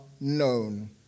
known